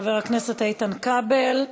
חבר הכנסת איתן כבל.